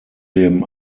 dem